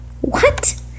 What